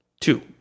Two